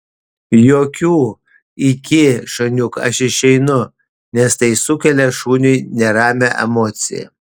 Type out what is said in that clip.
jokių iki šuniuk aš išeinu nes tai sukelia šuniui neramią emociją